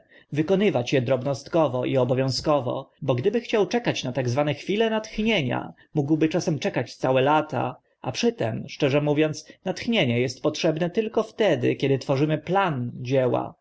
wykonywać e drobnostkowo i obowiązkowo bo gdyby chciał czekać na tak zwane chwile natchnienia mógłby czasem czekać całe lata a przy tym szczerze mówiąc natchnienie est potrzebne tylko wtedy kiedy tworzymy plan dzieła